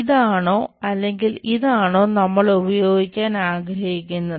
ഇതാണോ അല്ലെങ്കിൽ ഇതാണോ നമ്മൾ ഉപയോഗിക്കാൻ ആഗ്രഹിക്കുന്നത്